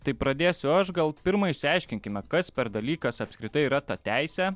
tai pradėsiu aš gal pirma išsiaiškinkime kas per dalykas apskritai yra ta teisė